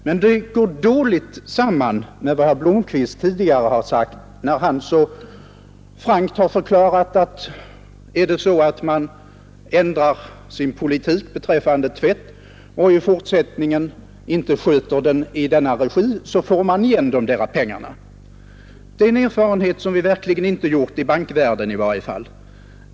Men detta går dåligt samman med vad herr Blomkvist tidigare sade när han så frankt förklarade att om man ändrar sin politik beträffande tvätt och i fortsättningen inte sköter den i statlig regi, får man igen pengarna. Det är en erfarenhet som man verkligen inte brukar göra, i varje fall inte i bankvärlden.